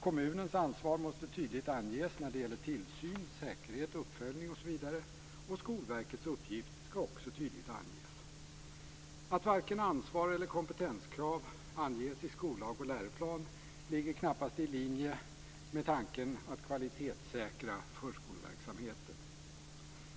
Kommunens ansvar måste tydligt anges när det gäller tillsyn, säkerhet, uppföljning osv. Skolverkets uppgift skall också tydligt anges. Att varken ansvar eller kompetenskrav anges i skollag och läroplan ligger knappast i linje med tanken att kvalitetssäkra förskoleverksamheten.